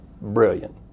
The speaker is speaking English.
brilliant